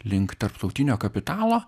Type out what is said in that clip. link tarptautinio kapitalo